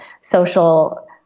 social